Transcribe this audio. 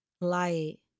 Light